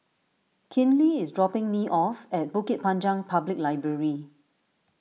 Kinley is dropping me off at Bukit Panjang Public Library